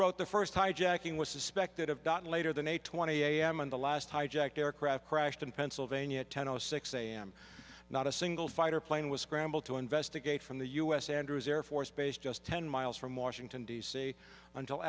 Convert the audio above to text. wrote the first hijacking was suspected of gotten later than eight twenty am and the last hijacked aircraft crashed in pennsylvania ten o six am not a single fighter plane was scrambled to investigate from the u s andrews air force base just ten miles from washington d c until